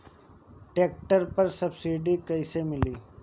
Tractor पर subsidy कैसे मिली?